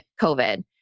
COVID